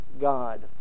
God